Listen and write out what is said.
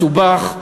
מסובך,